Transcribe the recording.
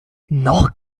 noch